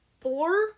four